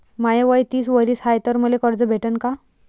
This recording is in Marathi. माय वय तीस वरीस हाय तर मले कर्ज भेटन का?